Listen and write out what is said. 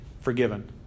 forgiven